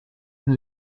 and